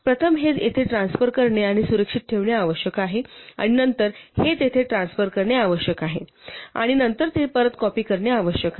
प्रथम हे येथे ट्रान्सफर करणे आणि सुरक्षित ठेवणे आवश्यक आहे आणि नंतर हे तेथे ट्रान्सफर करणे आवश्यक आहे आणि नंतर ते परत कॉपी करणे आवश्यक आहे